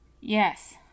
Yes